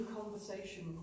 Conversation